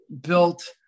built